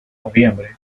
noviembre